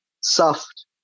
soft